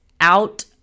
out